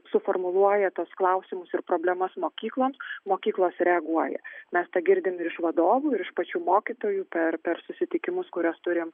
suformuluoja tuos klausimus ir problemas mokykloms mokyklos reaguoja mes tą girdim ir iš vadovų ir iš pačių mokytojų per per susitikimus kuriuos turim